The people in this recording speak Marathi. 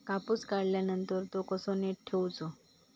कापूस काढल्यानंतर तो कसो नीट ठेवूचो?